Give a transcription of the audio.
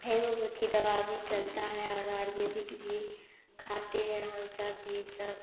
homeopathic दवा भी चलता है और आयुर्वेदिक भी खाते हैं हम सब भी सब